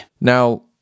Now